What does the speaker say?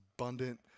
abundant